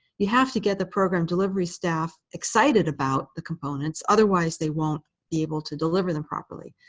you have to get the program delivery staff excited about the components. otherwise, they won't be able to deliver them properly.